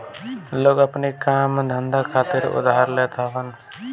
लोग अपनी काम धंधा खातिर उधार लेत हवन